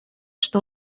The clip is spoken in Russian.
что